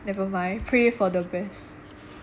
never mind pray for the best